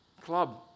club